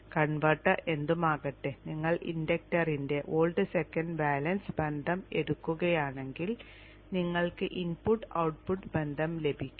converter എന്തുമാകട്ടെ നിങ്ങൾ ഇൻഡക്ടറിന്റെ വോൾട്ട് സെക്കൻഡ് ബാലൻസ് ബന്ധം എടുക്കുകയാണെങ്കിൽ നിങ്ങൾക്ക് ഇൻപുട്ട് ഔട്ട്പുട്ട് ബന്ധം ലഭിക്കും